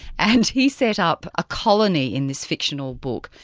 and he set up a colony in this fictional book,